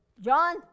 John